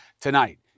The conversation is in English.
tonight